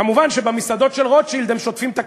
כמובן, במסעדות של רוטשילד הם שוטפים את הכלים,